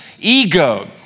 ego